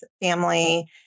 family